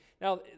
Now